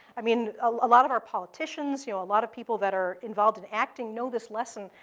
i mean a lot of our politicians, you know a lot of people that are involved in acting know this lesson.